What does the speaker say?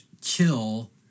kill